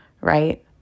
right